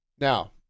Now